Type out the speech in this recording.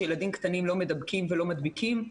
שילדים קטנים לא מדבקים ולא מדביקים,